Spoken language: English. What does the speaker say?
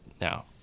now